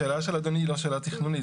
השאלה של אדוני היא לא שאלה תכנונית,